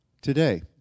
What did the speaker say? today